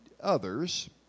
others